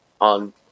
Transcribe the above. on